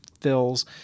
fills